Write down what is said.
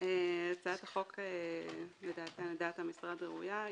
הצעת החוק לדעת המשרד ראויה,